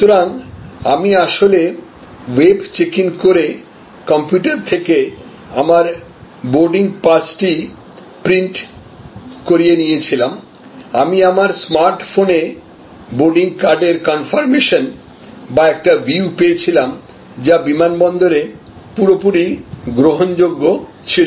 সুতরাং আমি আসলে ওয়েব চেক ইন করে কম্পিউটার থেকে আমার বোর্ডিং পাসটি প্রিন্ট করিয়ে নিয়েছিলাম আমি আমার স্মার্ট ফোনে বোর্ডিং কার্ডের কনফর্মেশন বা একটি ভিউ পেয়েছিলাম যা বিমানবন্দরে পুরোপুরি গ্রহণযোগ্য ছিল